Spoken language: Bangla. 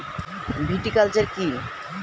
ভিটিকালচার কী?